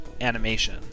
animation